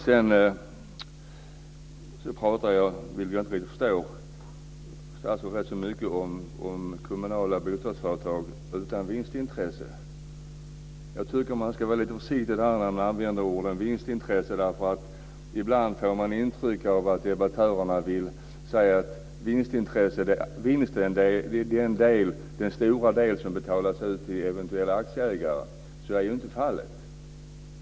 Statsrådet pratar mycket om kommunala bostadsföretag utan vinstintresse. Jag tycker att man ska vara försiktig när man använder ordet vinstintresse. Ibland får jag intrycket av att debattörerna vill säga att vinsten är den stora del som betalas ut till eventuella aktieägare. Så är inte fallet.